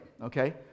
okay